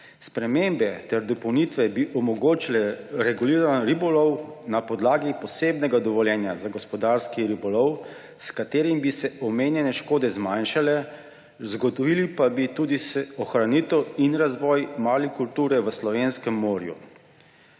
Spremembe ter dopolnitve bi omogočile reguliran ribolov na podlagi posebnega dovoljenja za gospodarski ribolov, s katerim bi se omenjene škode zmanjšale, zagotovili pa bi tudi ohranitev in razvoj marikulture v slovenskem morju.